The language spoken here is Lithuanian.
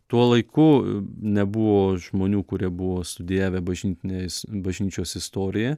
tuo laiku nebuvo žmonių kurie buvo studijavę bažnytiniais bažnyčios istoriją